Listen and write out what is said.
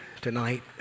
tonight